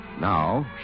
Now